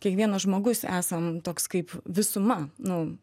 kiekvienas žmogus esam toks kaip visuma nu